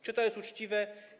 Czy to jest uczciwe?